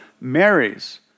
marries